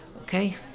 Okay